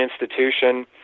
Institution